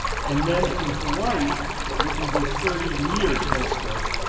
and then in hawaii will be the thirty metre telescope,